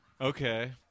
Okay